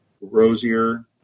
rosier